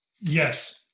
Yes